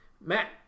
Matt